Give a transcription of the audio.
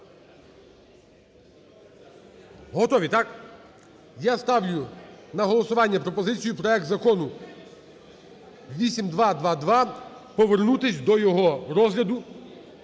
Готові, так? Я ставлю на голосування пропозицію проект Закону 8222 повернутись до його розгляду